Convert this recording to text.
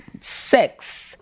sex